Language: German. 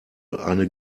eine